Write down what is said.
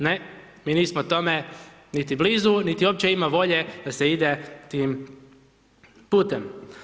Ne, mi nismo tome niti blizu niti uopće ima volje da se ide tim putem.